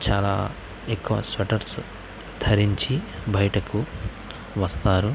చాలా ఎక్కువ స్వెటర్స్ ధరించి బయటకు వస్తారు